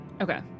Okay